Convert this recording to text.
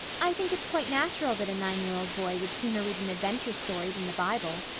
i think it's quite natural that a nine-year-old boy would sooner read an adventure story than the bible.